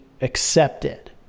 accepted